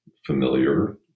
familiar